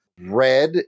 red